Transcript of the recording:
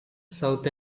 south